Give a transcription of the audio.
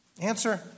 Answer